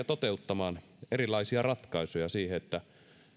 toteuttamaan erilaisia ratkaisuja siihen että